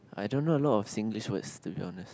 I don't know a lot of Singlish words to be honest